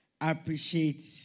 appreciate